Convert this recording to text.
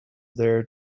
there